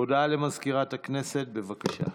הודעה למזכירת הכנסת, בבקשה.